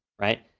right?